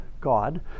God